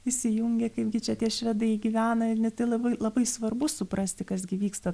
įsijungia kaipgi čia tie švedai gyvena ir ne tai labai labai svarbu suprasti kas gi vyksta